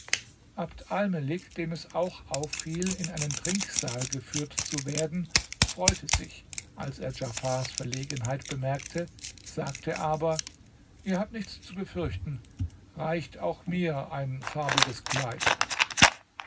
abd almelik dem es auch auffiel in einen trinksaal geführt zu werden freute sich als er djafars verlegenheit merkte sagte aber ihr habt nichts zu befürchten reicht auch mir ein farbiges kleid